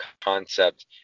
concept